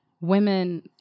Women